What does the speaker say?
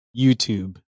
YouTube